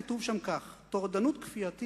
כתוב שם כך: "טורדנות כפייתית,